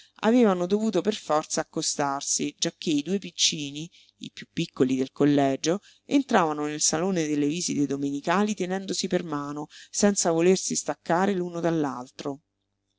avevano dovuto per forza accostarsi giacché i due piccini i piú piccoli del collegio entravano nel salone delle visite domenicali tenendosi per mano senza volersi staccare